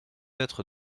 être